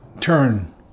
turn